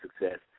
success